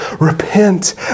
Repent